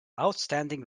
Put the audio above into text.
outstanding